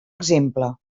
exemple